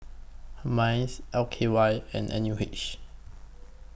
Minds L K Y and N U H